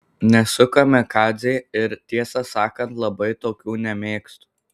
nesu kamikadzė ir tiesą sakant labai tokių nemėgstu